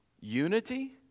unity